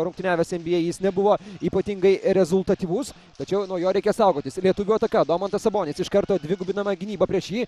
rungtyniavęs nba jis nebuvo ypatingai rezultatyvus tačiau nuo jo reikia saugotis lietuvių ataka domantas sabonis iš karto dvigubinama gynyba prieš jį